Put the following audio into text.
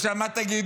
עכשיו מה תגידו?